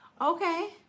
Okay